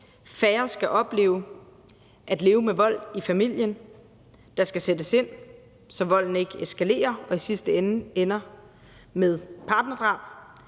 Færre skal opleve at leve med vold i familien. Der skal sættes ind, så volden ikke eskalerer og i sidste ende ender med partnerdrab.